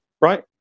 right